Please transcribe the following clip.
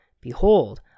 behold